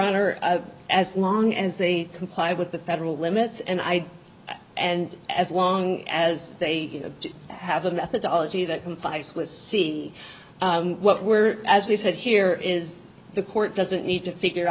honor as long as they comply with the federal limits and i and as long as they have a methodology that can face let's see what we're as we said here is the court doesn't need to figure